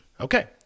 Okay